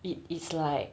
it is like